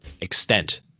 extent